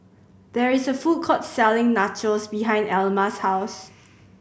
there is a food court selling Nachos behind Elma's house